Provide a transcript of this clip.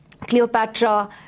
Cleopatra